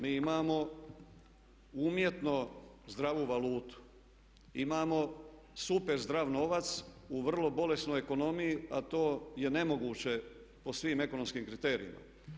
Mi imamo umjetno zdravu valutu, imamo super zdrav novac u vrlo bolesnoj ekonomiji a to je nemoguće po svim ekonomskim kriterijima.